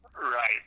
Right